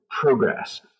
progress